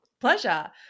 pleasure